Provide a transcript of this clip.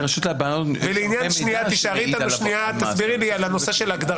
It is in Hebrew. לרשות להלבנת הון יש הרבה מידע שמעיד על עבירות מס.